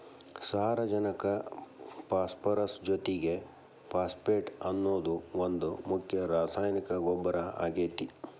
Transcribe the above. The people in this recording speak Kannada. ಸಾರಜನಕ ಪಾಸ್ಪರಸ್ ಜೊತಿಗೆ ಫಾಸ್ಫೇಟ್ ಅನ್ನೋದು ಒಂದ್ ಮುಖ್ಯ ರಾಸಾಯನಿಕ ಗೊಬ್ಬರ ಆಗೇತಿ